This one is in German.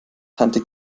tante